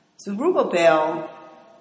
Zerubbabel